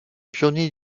pionniers